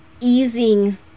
easing